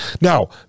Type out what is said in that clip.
Now